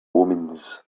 omens